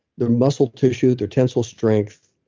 their muscle tissue, their tensile strength,